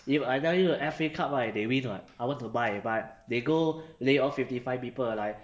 if I tell you the F_A cup right they win ah I want to buy but they go lay off fifty five people like